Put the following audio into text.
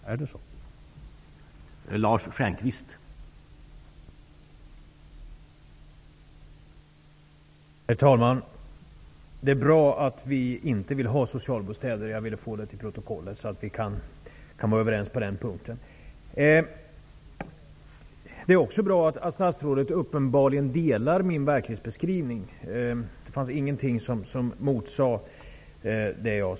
Är det så?